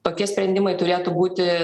tokie sprendimai turėtų būti